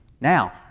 Now